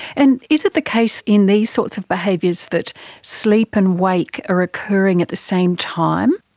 and is it the case in these sorts of behaviours that sleep and wake are occurring at the same time?